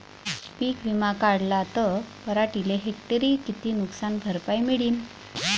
पीक विमा काढला त पराटीले हेक्टरी किती नुकसान भरपाई मिळीनं?